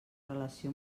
relació